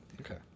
Okay